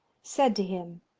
said to him,